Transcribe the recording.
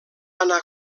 anar